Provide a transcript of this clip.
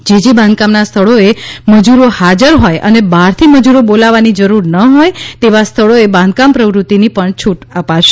જે જે બાંધકામના સ્થળોએ મજુરો હાજર હોય અને બહારથી મજુરો બોલાવાની જરૂર નહોય તેવા સ્થળોએ બાંધકામ પ્રવૃત્તિની પણ છૂટ અપાશે